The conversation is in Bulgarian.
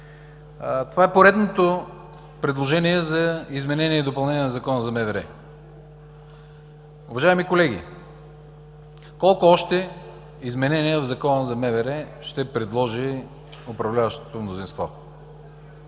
Това е поредното предложение за изменение и допълнение в Закона за МВР. Уважаеми колеги, колко още промени в Закона за МВР ще предложи управляващото мнозинство?!